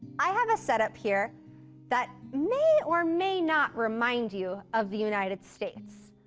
i have a set up here that may or may not remind you of the united states.